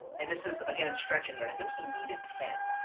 and this is again stretching it. i think he needed ten.